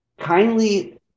Kindly